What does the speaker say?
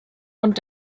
und